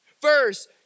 first